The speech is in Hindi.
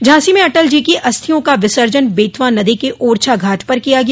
झांसी में अटल जी की अस्थियों का विसर्जन बेतवा नदी के ओरछा घाट पर किया गया